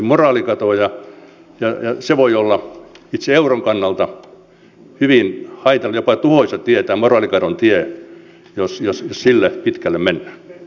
tämä moraalikadon tie voi olla itse euron kannalta hyvin haitallinen jopa tuhoisa tie jos sille tielle pitkälle mennään